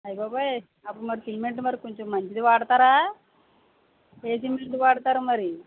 అయ్య బాబోయ్ అప్పుడు మరి సిమెంట్ మరి కొంచెం మంచిది వాడతారా ఏ సిమెంట్ వాడతారో మరి